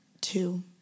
two